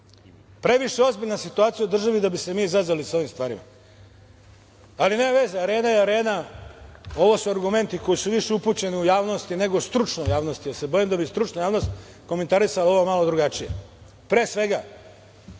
30.Previše ozbiljna situacija u državi da bi se mi zezali sa ovim stvarima. Ali, nema veze, arena je arena, ovu su argumenti koji su više upućeni u javnosti nego stručnoj javnosti. Ja se bojim da bi stručna javnost komentarisala ovo malo drugačije. Pre svega,